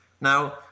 Now